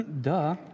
Duh